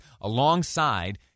alongside